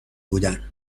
بودن